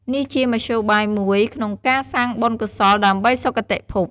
នេះជាមធ្យោបាយមួយក្នុងការសាងបុណ្យកុសលដើម្បីសុខគតិភព។